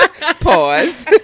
Pause